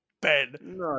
Ben